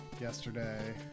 yesterday